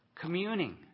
Communing